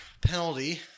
penalty